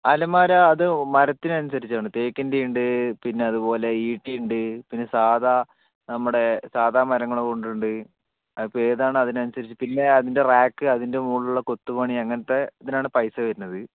അലമാര അത് മരത്തിന് അനുസരിച്ചാണ് തേക്കിൻ്റെ ഉണ്ട് പിന്നെ അതുപോലെ ഈ ഈട്ടി ഉണ്ട് പിന്നെ സാധാ നമ്മടെ സാധാ മരങ്ങൾ കൊണ്ട് ഉണ്ട് അതിപ്പോൾ ഏതാണ് അതിനനുസരിച്ച് പിന്നെ അതിൻ്റെ റാക്ക് അതിൻ്റെ മുകളിലുള്ള കൊത്തുപണി അങ്ങനത്തെ അതിനാണ് പൈസ വരുന്നത്